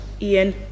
Ian